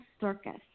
circus